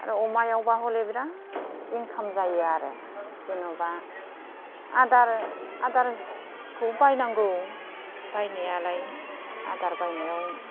आरो अमायावबा हले बिराद इनकाम जायो आरो जेनेबा आदारखौ बायनांगौ बायनायालाय आदार बायनायाव